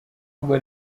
ubwo